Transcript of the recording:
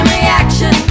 reaction